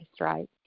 right